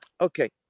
Okay